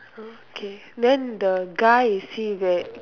okay then the guy is he wear